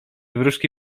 wróżki